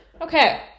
Okay